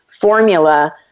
formula